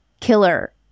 killer